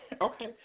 Okay